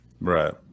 Right